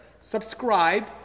subscribe